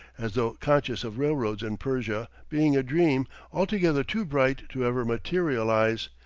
as though conscious of railroads in persia being a dream altogether too bright to ever materialize,